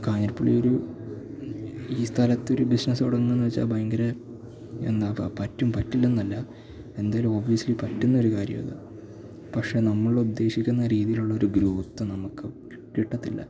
കാഞ്ഞിരപ്പള്ളിയൊരു ഈ സ്ഥലത്തൊരു ബിസിനസ് തുടങ്ങുകയെന്നുവച്ചാല് ഭയങ്കര എന്താണിപ്പോള് പറ്റും പറ്റില്ലെന്നല്ല എന്തായാലും ഓബ്യസ്ലി പറ്റുന്നൊരു കാര്യമാണത് പക്ഷെ നമ്മളുദ്ദേശിക്കുന്ന രീതിയിലുള്ളൊരു ഗ്രോത്ത് നമുക്ക് കിട്ടത്തില്ല